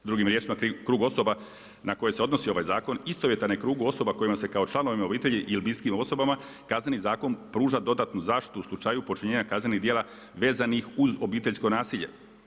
Drugim riječima krug osoba na koji se odnosi ovaj zakon, istovjetan je krugu osoba kojima se kao članovima obitelji ili bliskim osobama kazneni zakon pruža dodatnu zaštitu u slučaju počinjenja kaznenih djela vezanih uz obiteljsko nasilje.